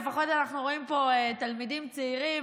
לפחות אנחנו רואים פה תלמידים צעירים,